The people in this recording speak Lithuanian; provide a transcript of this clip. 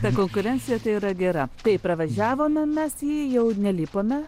ta konkurencija tai yra gera tai pravažiavome mes į jį jau ir nelipome